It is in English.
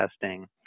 testing